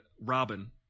Robin